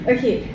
Okay